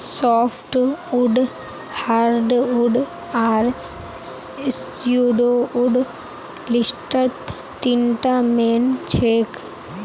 softwood hardwood आर pseudowood लिस्टत तीनटा मेन छेक